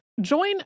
Join